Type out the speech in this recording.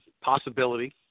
possibility